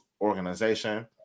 organization